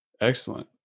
Excellent